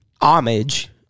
homage